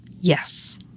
yes